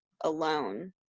alone